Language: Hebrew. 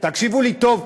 תקשיבו לי טוב,